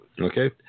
okay